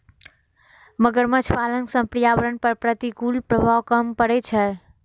मगरमच्छ पालन सं पर्यावरण पर प्रतिकूल प्रभाव कम पड़ै छै